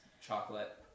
chocolate